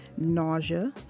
Nausea